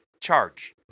charge